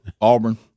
auburn